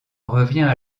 revient